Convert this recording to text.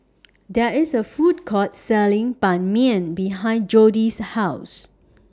There IS A Food Court Selling Ban Mian behind Jodi's House